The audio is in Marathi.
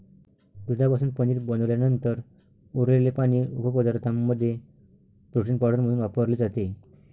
दुधापासून पनीर बनवल्यानंतर उरलेले पाणी उपपदार्थांमध्ये प्रोटीन पावडर म्हणून वापरले जाते